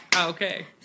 Okay